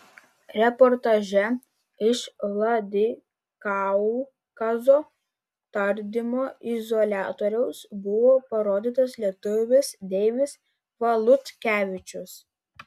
reportaže iš vladikaukazo tardymo izoliatoriaus buvo parodytas lietuvis deivis valutkevičius